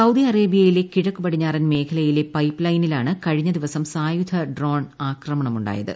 Saudi അറേബൃയിലെ കിഴക്കു പടിഞ്ഞാറൻ മേഖലയിലെ പൈപ്പ് ഒല്പെനീലാണ് കഴിഞ്ഞ ദിവസം സായുധ ഡ്രോൺ ആക്രമണമുണ്ടായത്